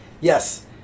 Yes